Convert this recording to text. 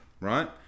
right